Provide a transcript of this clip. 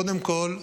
קודם כול,